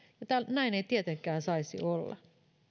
ja näin ei tietenkään saisi olla